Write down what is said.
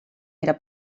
era